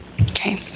Okay